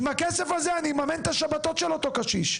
עם הכסף הזה אני אממן את השבתות של אותו קשיש.